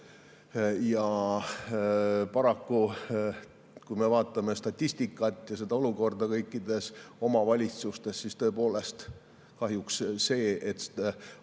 Ja paraku, kui me vaatame statistikat ja olukorda kõikides omavalitsustes, siis tõepoolest kahjuks see, kui